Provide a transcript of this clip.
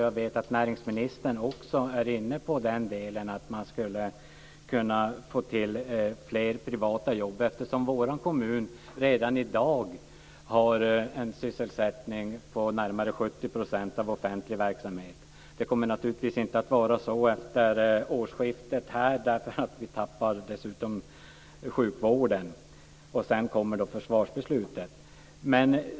Jag vet att näringsministern också är inne på frågan om möjligheterna att få till fler privata jobb. I vår kommun ligger närmare 70 % av sysselsättningen inom offentlig verksamhet. Så kommer det naturligtvis inte att vara efter årsskiftet. Vi tappar ju dessutom sjukvården. Sedan har vi ju försvarsbeslutet.